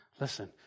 listen